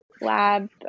Lab